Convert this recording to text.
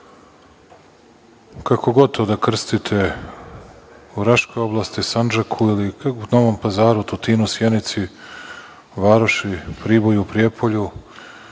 kako god da to krstite, u Raškoj oblasti, Sandžaku ili u Novom Pazaru, Tutinu, Sjenici, Varoši, Priboju, Prijepolju,